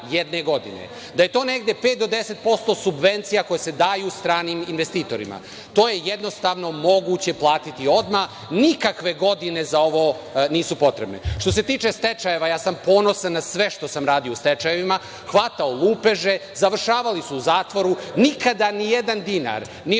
jedne godine, da je to negde 5 do 10% subvencija koje se daju stranim investitorima. To je jednostavno moguće platiti odmah, nikakve godine za ovo nisu potrebne. Što se tiče stečajeva, ja sam ponosan na sve što sam radio u stečajevima, hvatao lupeže, završavali su u zatvoru, nikada ni jedan dinar ni